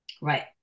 Right